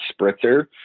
spritzer